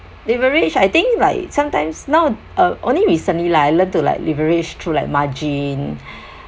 leverage I think like sometimes now uh only recently lah I learn to like leverage through like margin